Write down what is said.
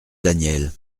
daniel